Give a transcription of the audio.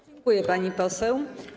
Dziękuję, pani poseł.